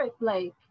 Blake